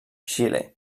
xile